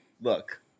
look